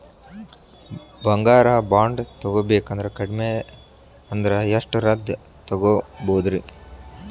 ಬಂಗಾರ ಬಾಂಡ್ ತೊಗೋಬೇಕಂದ್ರ ಕಡಮಿ ಅಂದ್ರ ಎಷ್ಟರದ್ ತೊಗೊಬೋದ್ರಿ?